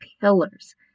pillars